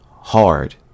Hard